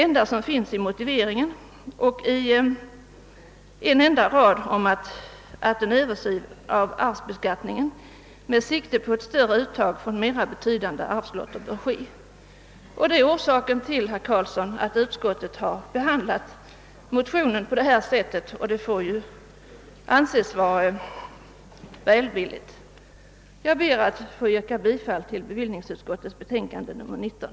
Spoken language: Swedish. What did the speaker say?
Yrkandet innebär att en Översyn av arvsbeskattningen med sikte på ett större uttag från mera betydande arvslotter bör ske. Av vad jag anfört torde framgå varför utskottet behandlat motionen på detta sätt, och det får väl anses att motionen därmed rönt en välvillig behandling. Jag ber att få yrka bifall till bevillningsutskottets hemställan i betänkande nr 19.